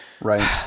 Right